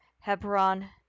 Hebron